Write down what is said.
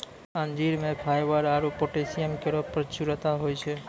अंजीर म फाइबर आरु पोटैशियम केरो प्रचुरता होय छै